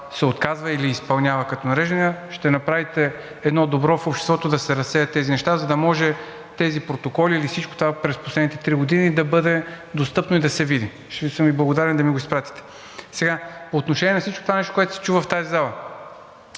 се отказва или изпълнява като нареждания. Ще направите едно добро в обществото да се разсеят тези неща, за да може тези протоколи, или всичко това през последните три години да бъде достъпно и да се види. Ще съм Ви благодарен да ми го изпратите. По отношение на всичко това, което се чу в тази зала.